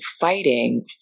fighting